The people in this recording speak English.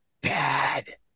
bad